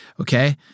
Okay